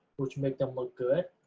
which make them look good?